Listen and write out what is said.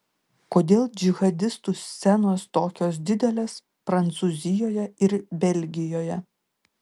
kodėl džihadistų scenos tokios didelės prancūzijoje ir belgijoje